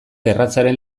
erratzaren